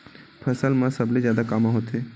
फसल मा सबले जादा कामा होथे?